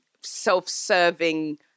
self-serving